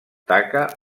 taca